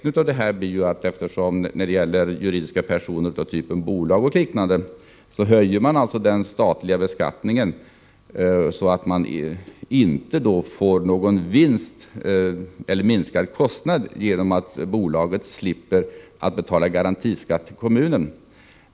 När det gäller juridiska personer av typen bolag m.m. höjs den statliga beskattningen så att bolaget inte får någon vinst eller får minskad kostnad genom att bolaget slipper betala garantiskatt till kommunen.